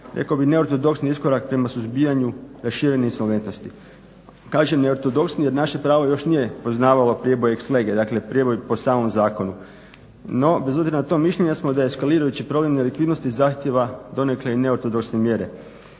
značajan neortodoksni iskorak prema suzbijanju raširene insolventnosti. Kažem neortodoksni jer naše pravo još nije poznavalo prijeboj ex lege, dakle prijeboj po samom zakonu. No, bez obzira na to mišljenja smo da je eskalirajući problem nelikvidnosti zahtijeva donekle i neortodoksne mjere,